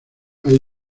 hay